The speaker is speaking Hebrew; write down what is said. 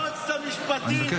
היום גדעון סער משמיע קולות אחרים,